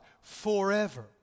forever